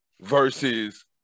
versus